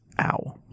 ow